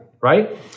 right